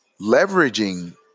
leveraging